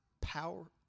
power